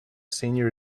senior